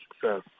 success